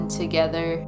together